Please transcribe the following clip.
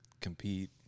compete